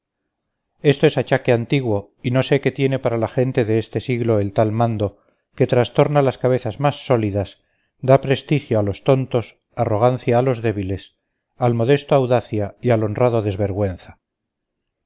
esto es achaque antiguo y no sé qué tiene para la gente de este siglo el tal mando que trastorna las cabezas más sólidas da prestigio a los tontos arrogancia a los débiles al modesto audacia y al honrado desvergüenza